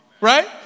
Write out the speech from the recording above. Right